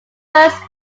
first